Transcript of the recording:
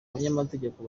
abanyamategeko